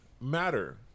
matter